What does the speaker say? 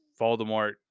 Voldemort